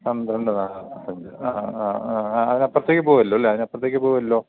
പന്ത്രണ്ട് നാൽപത്തഞ്ച് ആ ആ ആ ആ അതിന് അപ്പുറത്തേക്ക് പോകില്ലല്ലൊ അതിന് അപ്പുറത്തേക്ക് പോകില്ലല്ലൊ